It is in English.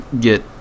get